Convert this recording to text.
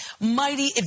mighty